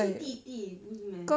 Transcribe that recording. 是弟弟不是 meh